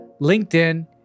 LinkedIn